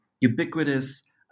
ubiquitous